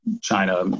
China